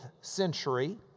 century